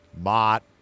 mott